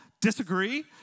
disagree